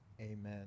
Amen